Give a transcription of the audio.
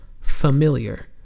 familiar